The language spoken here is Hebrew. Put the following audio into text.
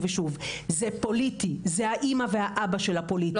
ושוב זה הפוליטי זה האמא והאבא של הפוליטי.